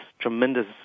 tremendous